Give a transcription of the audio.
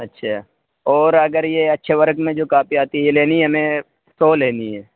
اچھا اور اگر یہ اچھے ورق میں جو کاپی آتی ہے لینی ہمیں سو لینی ہے